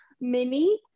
mini